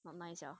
not nice sia